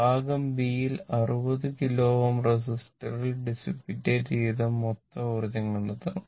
ഭാഗം B യിൽ 60 kilo Ω റെസിസ്റ്ററിൽ ഡിസിപിറ്റേറ്റ് ചെയ്ത മൊത്തം ഊർജ്ജം കണ്ടെത്തണം